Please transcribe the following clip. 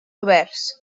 oberts